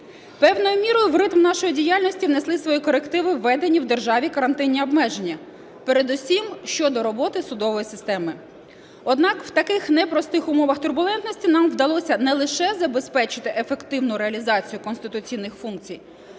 Певною мірою в ритм нашої діяльності внесли свої корективи введені в державі карантинні обмеження, передусім щодо роботи судової системи. Однак в таких непростих умовах турбулентності нам вдалося не лише забезпечити ефективну реалізацію конституційних функцій,